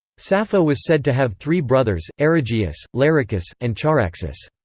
sappho was said to have three brothers erigyius, larichus, and charaxus.